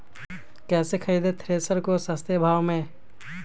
कैसे खरीदे थ्रेसर को सस्ते भाव में?